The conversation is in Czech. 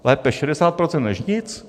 Lépe 60 procent než nic.